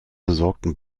besorgten